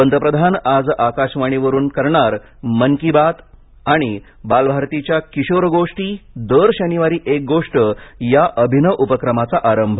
पंतप्रधान आज आकाशवाणीवरुन करणार मन की बात आणि बालभारतीच्या किशोर गोष्टी दर शनिवारी एक गोष्ट या अभिनव उपक्रमाचा आरंभ